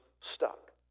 stuck